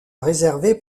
réserver